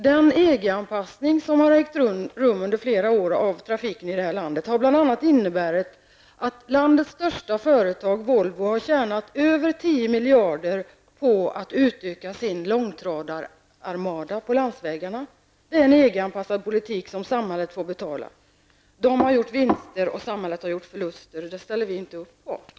Den EG-anpassning av trafiken som har ägt rum under flera år i det här landet har bl.a. inneburit att landets största företag, Volvo, har tjänat över 10 miljarder på att utöka sin långtradararmada på landsvägarna. Det är en EG-anpassad politik som samhället får betala. Volvo har gjort vinster, och samhället har gjort förluster, och det ställer vi oss inte bakom.